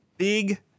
big